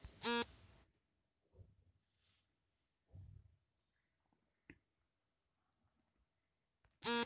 ಭಾರತೀಯರು ವಿಶೇಷವಾಗಿ ಬಡವರ ಸೌಲಭ್ಯ ವಂಚಿತರಿಗೆ ಸಾಮಾಜಿಕ ವ್ಯವಸ್ಥೆಯನ್ನು ರಚಿಸುವುದು ಎಂದು ಹೇಳಿದ್ರು